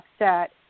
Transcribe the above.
upset